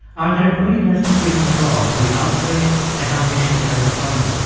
are there early lessons we can draw from the outbreak and how nations have responded?